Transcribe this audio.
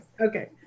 Okay